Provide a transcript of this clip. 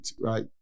right